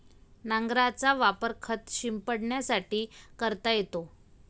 नांगराचा वापर खत शिंपडण्यासाठी करता येतो